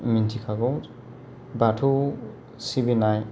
मिथिखागौ बाथौ सिबिनाय